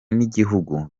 n’igihugu